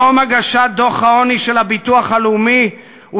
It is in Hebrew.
יום הגשת דוח העוני של הביטוח הלאומי הוא